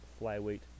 flyweight